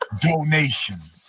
Donations